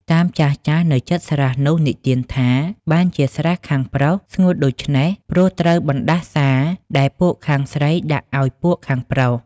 តាមចាស់ៗ នៅជិតស្រះនោះ និទានថា បានជាស្រះខាងប្រុសស្ងួតដូច្នេះ ព្រោះត្រូវបណ្ដាសា ដែលពួកខាងស្រីដាក់ឲ្យពួកខាងប្រុស ។